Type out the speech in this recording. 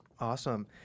Awesome